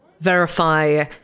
verify